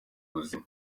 ubuzima